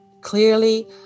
clearly